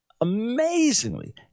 amazingly